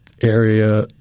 area